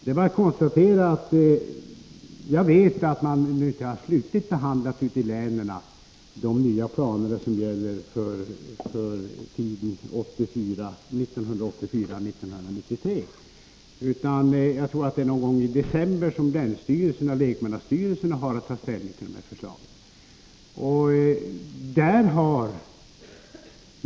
Man har ute i länen inte slutligt behandlat flerårsplanerna för tiden 1984-1993. Någon gång i december har länsstyrelserna att ta ställning till förslagen.